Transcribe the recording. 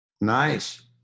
Nice